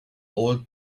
old